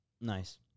Nice